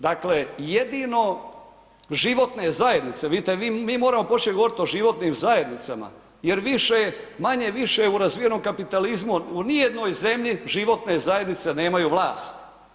Dakle, jedino životne zajednice, vidite mi moramo početi govoriti o životnim zajednicama jer manje-više u razvijenom kapitalizmu u nijednoj zemlji životne zajednice nemaju vlast.